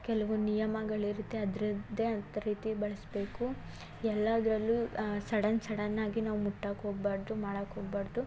ಕೆಲವು ನಿಯಮಗಳಿರುತ್ತೆ ಅದ್ರದ್ದೇ ಆದ ರೀತಿ ಬಳಸಬೇಕು ಎಲ್ಲದರಲ್ಲೂ ಸಡನ್ ಸಡನ್ನಾಗಿ ನಾವು ಮುಟ್ಟಕ್ಕೆ ಹೋಗ್ಬಾರ್ದು ಮಾಡಕ್ಕೆ ಹೋಗ್ಬಾರ್ದು